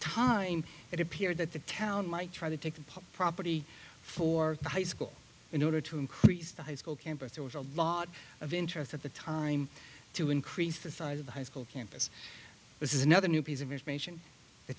time it appeared that the town might try to take the public property for high school in order to increase the high school campus there was a lot of interest at the time to increase the size of the high school campus this is another new piece of information the